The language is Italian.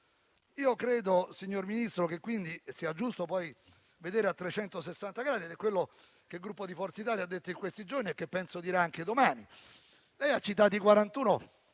Io credo, signor Ministro, che sia giusto vedere a 360 gradi; è quello che il Gruppo Forza Italia ha detto in questi giorni e che penso dirà anche domani. Lei ha citato i 41